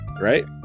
Right